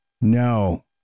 No